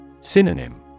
Synonym